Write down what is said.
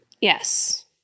Yes